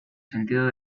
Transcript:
sentido